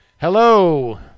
Hello